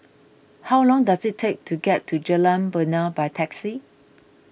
how long does it take to get to Jalan Bena by taxi